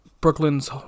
Brooklyn's